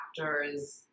actors